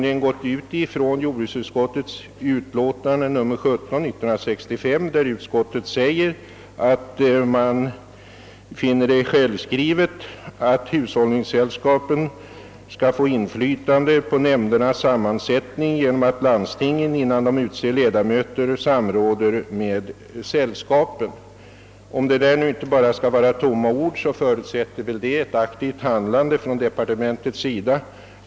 I jordbruksutskottets utlåtande nr 17 år 1965 framhåller utskottet, att hushållningssällskapen skall »få inflytande på nämndernas sammansättning genom att landstingen, innan de utser ledamöter, samråder med sällskapen», Om detta inte bara är tomma ord förutsätts ett aktivt handlande av departementet.